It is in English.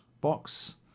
box